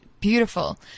beautiful